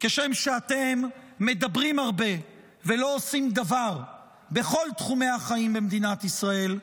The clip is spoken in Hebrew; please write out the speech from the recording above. כשם שאתם מדברים הרבה ולא עושים דבר בכל תחומי החיים במדינת ישראל,